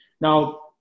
Now